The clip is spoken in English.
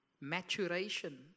maturation